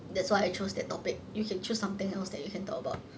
that's why I chose that topic you can choose something else that you can talk about mm